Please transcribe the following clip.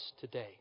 today